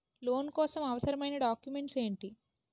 Loan కోసం అవసరమైన documents ఎంటి?